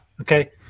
Okay